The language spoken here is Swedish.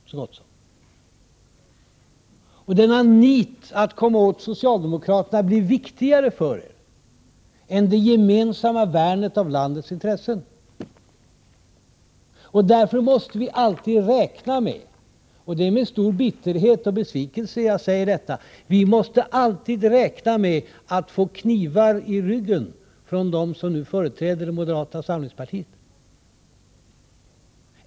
Detta nit att komma åt socialdemokraterna blir viktigare för er än det gemensamma värnet om landets intressen. Därför måste vi alltid räkna med — och det är med stor bitterhet och besvikelse jag säger detta — att få knivar i ryggen från dem som nu företräder moderata samlingspartiet.